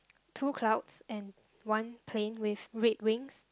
two clouds and one plane with red wings